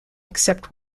except